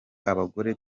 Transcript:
abagore